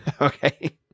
Okay